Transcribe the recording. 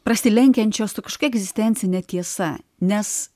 prasilenkiančios su kažkokia egzistencine tiesa nes